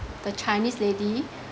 the chinese lady